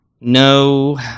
No